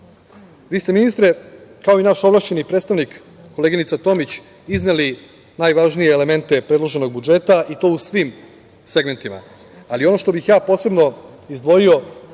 ste, ministre, kao i naš ovlašćeni predstavnik, koleginica Tomić, izneli najvažnije elemente predloženog budžeta, i to u svim segmentima, ali ono što bih posebno izdvojio